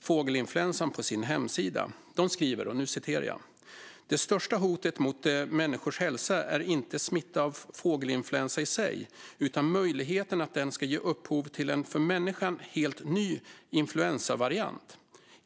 fågelinfluensan på sin hemsida. De skriver: "Det största hotet mot människors hälsa är inte smitta av fågelinfluensa i sig, utan möjligheten att den ska ge upphov till en för människa helt ny influensavariant.